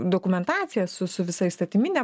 dokumentacija su su visa įstatymine